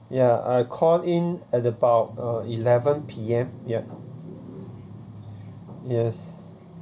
ya I call in at about uh eleven P_M ya yes